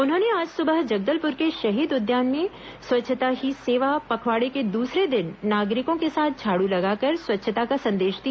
उन्होंने आज सुबह जगदलपुर के शहीद उद्यान में स्वच्छता ही सेवा पखवाड़े के दूसरे दिन नागरिकों के साथ झाड़ू लगाकर स्वच्छता का संदेश दिया